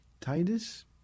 Titus